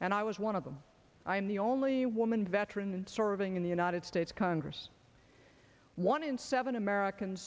and i was one of them i'm the only woman veteran serving in the united states congress one in seven americans